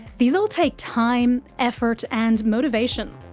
these all take time, effort and motivation.